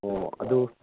ꯑꯣ ꯑꯗꯨ